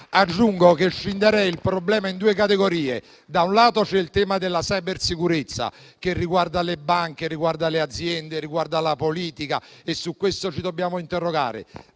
Aggiungo che scinderei il problema in due categorie. Da un lato, c'è il tema della cybersicurezza, che riguarda le banche, le aziende e la politica; e su questo ci dobbiamo interrogare.